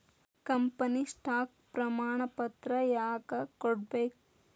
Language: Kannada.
ಕಂಪನಿ ಸ್ಟಾಕ್ ಪ್ರಮಾಣಪತ್ರ ಯಾಕ ಕೊಡ್ಬೇಕ್